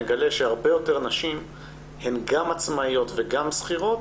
נגלה שהרבה יותר נשים הן גם עצמאיות וגם שכירות